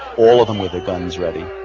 all of them with their guns ready.